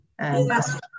Yes